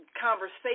conversation